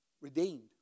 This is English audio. redeemed